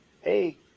Hey